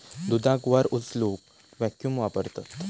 दुधाक वर उचलूक वॅक्यूम वापरतत